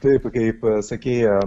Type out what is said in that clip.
taip kaip sakei